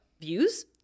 views